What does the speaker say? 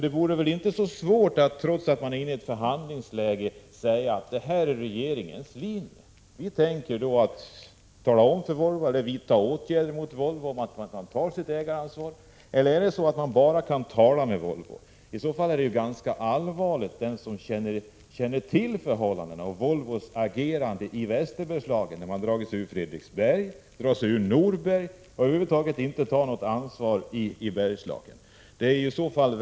Det borde väl, trots att företaget är i ett förhandlingsläge, inte vara så svårt att tala om vilken linje regeringen vill driva. Volvo borde t.ex. få veta att regeringen tänker vidta åtgärder mot företaget om det inte tar sitt ägaransvar. Eller är det så att regeringen bara kan ”tala med” Volvo? I så fall är det ganska allvarligt. Regeringen känner ju till förhållandena och Volvos agerande i Västerbergslagen. Volvo har dragit sig ur Fredriksberg, drar sig ur Norberg och tar över huvud taget inte något ansvar för verksamheten i Bergslagen.